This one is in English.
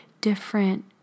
different